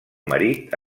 marit